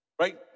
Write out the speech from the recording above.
Right